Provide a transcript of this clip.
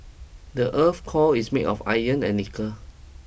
the earth's core is made of iron and nickel